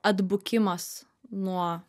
atbukimas nuo